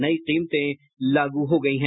नई कीमतें लागू हो गई हैं